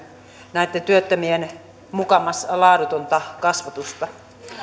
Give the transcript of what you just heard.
näitten työttömien mukamas laadutonta kasvatusta